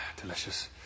Delicious